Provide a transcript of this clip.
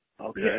Okay